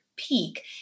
peak